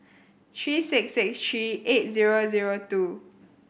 three six six three eight zero zero two